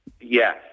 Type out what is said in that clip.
Yes